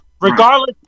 Regardless